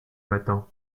matin